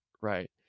right